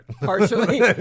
partially